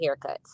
haircuts